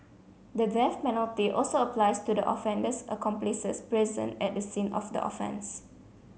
the death penalty also applies to the offender's accomplices present at a scene of the offence